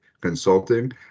consulting